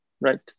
right